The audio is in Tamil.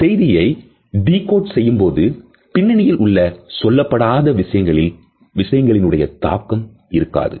செய்தியை டி கோட் செய்யும்போது பின்னணியில் உள்ள சொல்லப்படாத விஷயங்களில் தாக்கம் இருக்காது